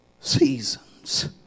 seasons